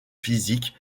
physiques